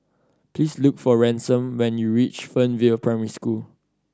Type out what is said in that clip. please look for Ransom when you reach Fernvale Primary School